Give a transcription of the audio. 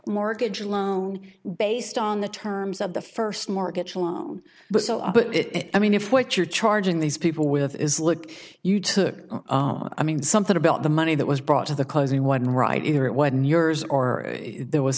mortgage loan based on the terms of the first mortgage but it i mean if what you're charging these people with is look you took i mean something about the money that was brought to the closing one right either it when yours or there was